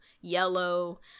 yellow